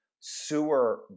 sewer